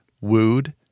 wooed